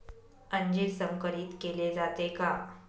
अंजीर संकरित केले जाते का?